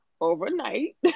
overnight